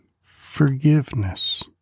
forgiveness